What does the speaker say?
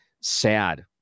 Sad